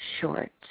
short